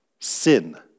sin